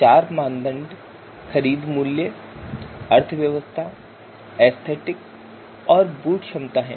चार मानदंड खरीद मूल्य अर्थव्यवस्था एस्थेटिक और बूट क्षमता हैं